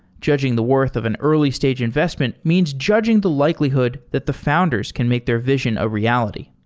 judging the worth of an early-stage investment means judging the likelihood that the founders can make their vision a reality.